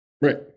Right